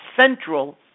Central